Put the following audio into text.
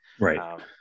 Right